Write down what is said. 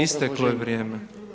Isteklo je vrijeme.